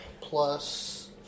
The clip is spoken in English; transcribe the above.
plus